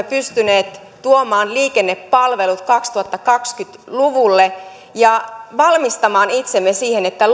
pystyneet tuomaan liikennepalvelut kaksituhattakaksikymmentä luvulle ja valmistamaan itsemme siihen että